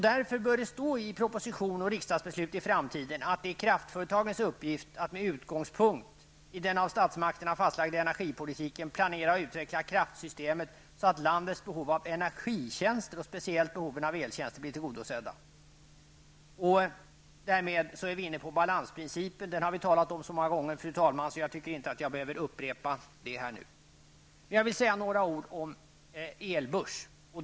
Därför bör det stå i propositionen och riksdagsbeslut i framtiden att det är kraftföretagens uppgift att med utgångspunkt i den av statsmakterna fastlagda energipolitiken planera och utveckla kraftsystemet så att landets behov av energitjänster, och speciellt behoven av eltjänster, blir tillgodosedda. Därmed är vi inne på balansprincipen. Den har vi talat om så många gånger, fru talman, att jag inte behöver upprepa det här nu. Jag vill säga några ord om elbörs.